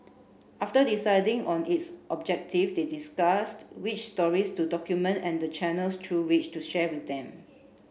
after deciding on its objective they discussed which stories to document and the channels through which to share them